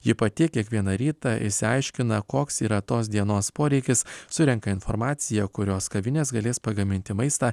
ji pati kiekvieną rytą išsiaiškina koks yra tos dienos poreikis surenka informaciją kurios kavinės galės pagaminti maistą